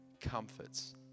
comforts